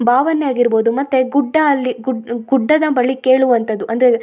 ಭಾವನೆ ಆಗಿರ್ಬೋದು ಮತ್ತು ಗುಡ್ಡ ಅಲ್ಲಿ ಗುಡ್ಡದ ಬಳಿ ಕೇಳುವಂಥದು ಅಂದೇ